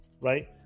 right